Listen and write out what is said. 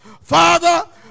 Father